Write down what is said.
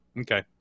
Okay